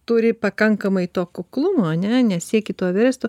turi pakankamai to kuklumo ane nesieki to versto